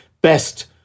best